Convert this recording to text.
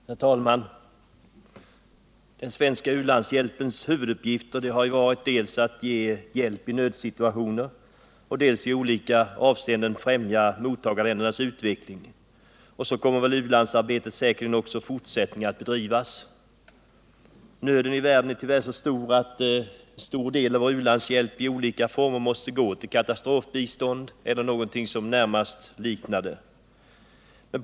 Herr talman! Den svenska u-landshjälpens huvuduppgifter har varit dels att ge hjälp i nödsituationer, dels att i olika avseenden främja mottagarländernas utveckling. Så kommer u-landsarbetet säkerligen också i fortsättningen att bedrivas. Nöden i världen är tyvärr så stor att en stor del av vår ulandshjälp i olika former måste gå till katastrofbistånd eller någonting som närmast liknar det.